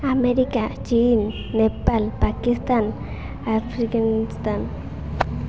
America ଚୀନ ନେପାଳ ପାକିସ୍ତାନ ଆଫଗାନିସ୍ତାନ